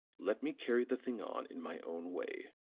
let me carry the thing on in my own way,